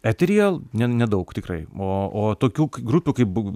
eteryje ne nedaug tikrai o o tokių grupių kaip būk